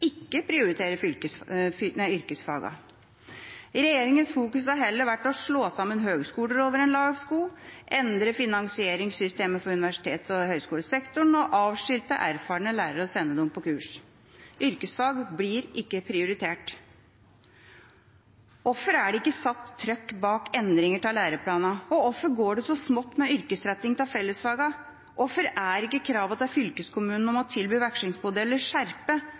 fokus har heller vært å slå sammen høyskoler over en lav sko, endre finansieringssystemet for universitets- og høyskolesektoren og avskilte erfarne lærere og sende dem på kurs. Yrkesfag blir ikke prioritert. Hvorfor er det ikke satt trykk på endringer av læreplaner, og hvorfor går det så smått med yrkesretting av fellesfagene? Hvorfor er ikke kravene til fylkeskommunene om å tilby